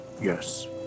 Yes